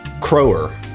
crower